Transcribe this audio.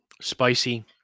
spicy